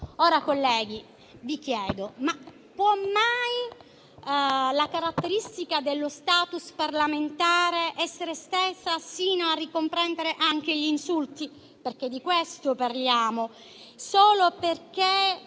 Colleghi, vi chiedo: può mai la caratteristica dello *status* parlamentare essere estesa sino a ricomprendere anche gli insulti (di questo parliamo), solo perché